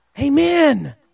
Amen